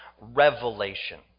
revelation